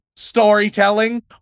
storytelling